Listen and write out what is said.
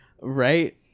right